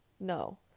No